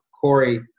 Corey